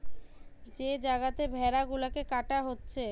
যে জাগাতে ভেড়া গুলাকে কাটা হচ্ছে